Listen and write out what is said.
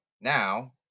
now